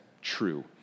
true